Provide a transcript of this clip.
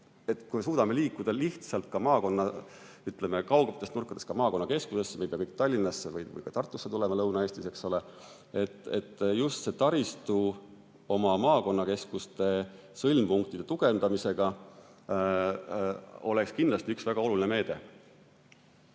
me suudame liikuda lihtsalt maakonna kaugetest nurkadest ka maakonnakeskustesse – ei pea kõik Tallinnasse või Tartusse tulema Lõuna-Eestis, eks ole –, siis just see taristu oma maakonnakeskuste sõlmpunktide tugevdamisega oleks kindlasti üks väga oluline meede.